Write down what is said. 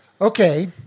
Okay